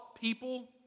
people